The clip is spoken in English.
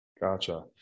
Gotcha